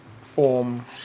form